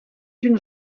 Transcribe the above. une